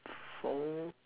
four